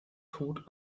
tod